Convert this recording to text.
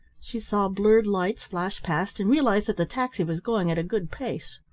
she saw blurred lights flash past, and realised that the taxi was going at a good pace.